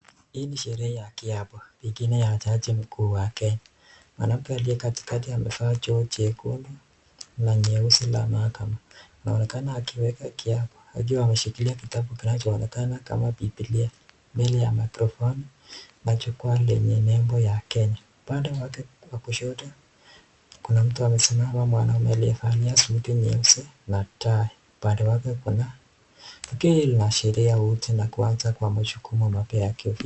Hii ni sherehe ya kiapo. Pengine ya jaji mkuu wa Kenya . Maanake aliyekatiti amevaa joo jekundu Na nyeusi ya mahakama. Anaonekana akiwa ameshikilia kitabu kinachoonekana kama kama biblia. Mbele ya microfoni kuna neno ya kenya. Upande wakewa kußhoto kuna mtu amesimama mwanamume aliyevalia suti nyeusi. Na kuanza kwa majukumu mapya.